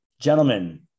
gentlemen